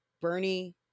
Bernie